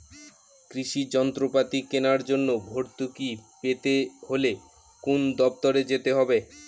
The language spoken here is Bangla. কৃষি যন্ত্রপাতি কেনার জন্য ভর্তুকি পেতে হলে কোন দপ্তরে যেতে হবে?